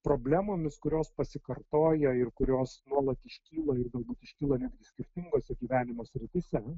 problemomis kurios pasikartoja ir kurios nuolat iškyla ir galbūt iškyla netgi skirtingose gyvenimo srityse